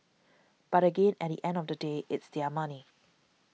but again at the end of the day it's their money